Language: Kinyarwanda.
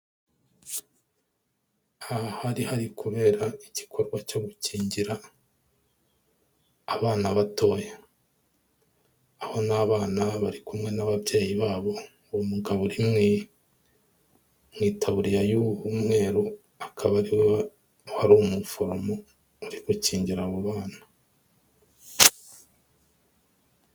Aha hari hari kubera igikorwa cyo gukingira abana batoya. Aba ni abana bari ku mwe n'ababyeyi babo, umugabo uri mu itaburiya y'umweru akaba ari we wari umuforomo ari gukingira abo bana.